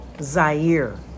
Zaire